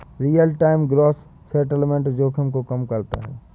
real time gross settlement जोखिम को कम करता है